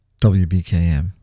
WBKM